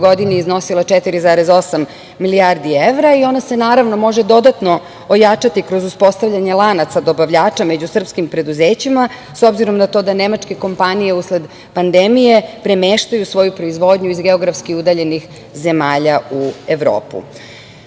godini iznosila 4,8 milijardi evra. Ona se, naravno, može dodatno ojačati kroz uspostavljanje lanaca dobavljača među srpskim preduzećima, s obzirom na to da nemačke kompanije, usled pandemije, premeštaju svoju proizvodnju iz geografski udaljenih zemalja u Evropu. Osim